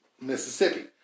Mississippi